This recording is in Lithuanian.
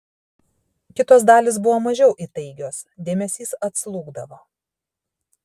kitos dalys buvo mažiau įtaigios dėmesys atslūgdavo